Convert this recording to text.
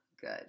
good